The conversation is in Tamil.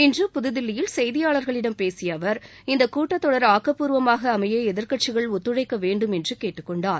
இன்று புதுதில்லியில் செய்தியாளர்களிடம் பேசிய அவர் இந்தகூட்டத்தொடர் ஆக்கப்பூர்வமாக அமைய எதிர்க்கட்சிகள் ஒத்துழைக்கவேண்டும் என்று கேட்டுக்கொண்டார்